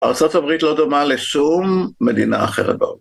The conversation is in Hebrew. ארה״ב לא דומה לשום מדינה אחרת בעולם.